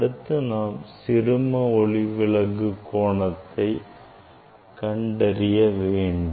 அடுத்து நாம் சிறும ஒளிவிலகு கோணத்தை கண்டறிய வேண்டும்